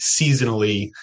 seasonally